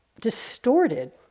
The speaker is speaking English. distorted